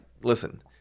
listen